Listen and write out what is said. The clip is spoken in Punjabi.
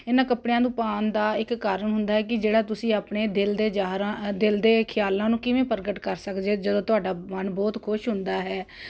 ਇਹਨਾਂ ਕੱਪੜਿਆਂ ਨੂੰ ਪਾਉਣ ਦਾ ਇੱਕ ਕਾਰਨ ਹੁੰਦਾ ਕਿ ਜਿਹੜਾ ਤੁਸੀਂ ਆਪਣੇ ਦਿਲ ਦੇ ਜ਼ਾਹਰਾਂ ਦਿਲ ਦੇ ਖਿਆਲਾਂ ਨੂੰ ਕਿਵੇਂ ਪ੍ਰਗਟ ਕਰ ਸਕਦੇ ਹੋ ਜਦੋਂ ਤੁਹਾਡਾ ਮਨ ਬਹੁਤ ਖੁਸ਼ ਹੁੰਦਾ ਹੈ